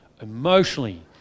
emotionally